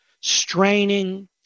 straining